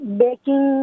baking